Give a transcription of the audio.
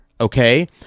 Okay